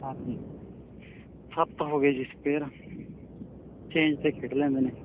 ਹਾਂਜੀ ਸੱਤ ਹੋ ਗਏ ਜੀ ਸਪੇਅਰ ਚੇਂਜ 'ਤੇ ਖੇਡ ਲੈਂਦੇ ਨੇ